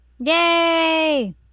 Yay